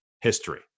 history